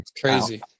Crazy